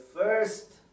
first